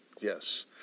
yes